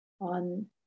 on